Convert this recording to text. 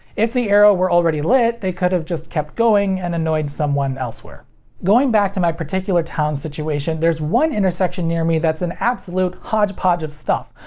if the arrow were already lit, they could have just kept going and annoyed someone elsewhere going back to my particular town's situation, there's one intersection near me that's an absolute hodge podge of stuff.